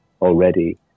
already